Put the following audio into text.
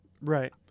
Right